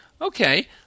Okay